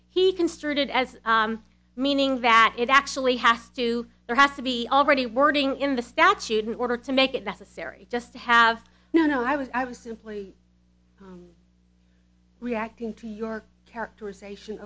he construed it as meaning that it actually has to there has to be already wording in the statute in order to make it necessary just to have no no i was i was simply reacting to your characterization